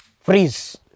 freeze